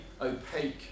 opaque